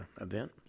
event